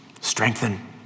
strengthen